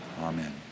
Amen